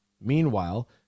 Meanwhile